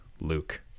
Luke